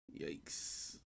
Yikes